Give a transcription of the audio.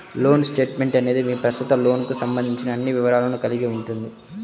loan statement అనేది మీ ప్రస్తుత లోన్కు సంబంధించిన అన్ని వివరాలను కలిగి ఉంటుంది